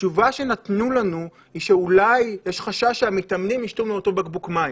התשובה שנתנו לנו היא שאולי יש חשש שהמתאמנים ישתו מאותו בקבוק מים